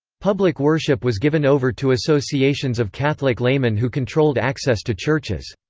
public worship was given over to associations of catholic laymen who controlled access to churches.